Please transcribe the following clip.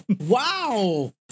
Wow